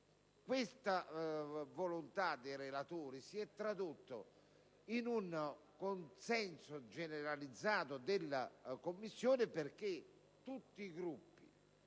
Questa volontà dei relatori si è tradotta in un consenso generalizzato della Commissione, perché tutti i Gruppi